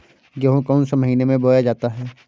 गेहूँ कौन से महीने में बोया जाता है?